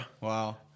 Wow